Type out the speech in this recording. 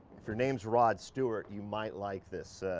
if your name's rod stewart, you might like this.